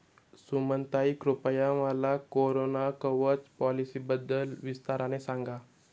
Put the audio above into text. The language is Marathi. सुमनताई, कृपया मला कोरोना कवच पॉलिसीबद्दल विस्ताराने सांगा